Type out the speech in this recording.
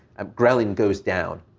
um ghrelin goes down.